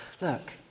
look